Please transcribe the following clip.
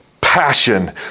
passion